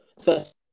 first